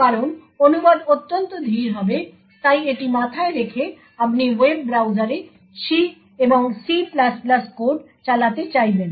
কারণ অনুবাদ অত্যন্ত ধীর হবে তাই এটি মাথায় রেখে আপনি ওয়েব ব্রাউজারে C এবং C কোড চালাতে চাইবেন